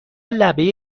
لبه